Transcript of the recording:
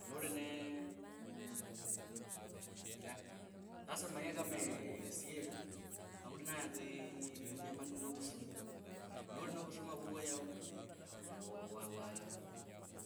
noli ne na sasa omanye kama esye aundi nayanza eeeiii, inyama novusuma. Noli novusuma vuvwo yao, ne onyola wawa